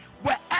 Wherever